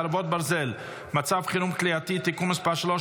חרבות ברזל) (מצב חירום כליאתי) (תיקון מס' 3),